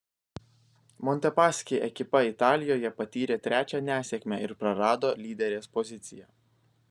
montepaschi ekipa italijoje patyrė trečią nesėkmę ir prarado lyderės poziciją